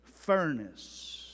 furnace